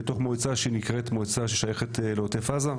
בתוך מועצה שנקראת מועצה ששייכת לעוטף עזה,